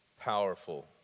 powerful